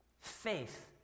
Faith